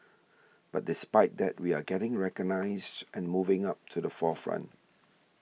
but despite that we are getting recognised and moving up to the forefront